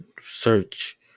search